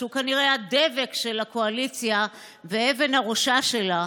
שהוא כנראה הדבק של הקואליציה ואבן הראשה שלה,